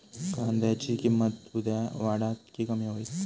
कांद्याची किंमत उद्या वाढात की कमी होईत?